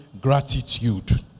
gratitude